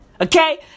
Okay